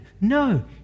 No